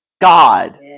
God